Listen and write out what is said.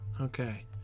okay